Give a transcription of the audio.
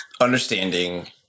understanding